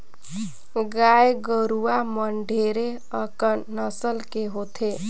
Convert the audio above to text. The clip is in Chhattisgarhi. गाय गरुवा मन ढेरे अकन नसल के होथे